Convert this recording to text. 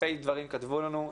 אלפי דברים כתבו לנו,